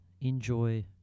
Enjoy